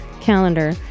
calendar